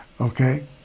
okay